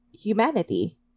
humanity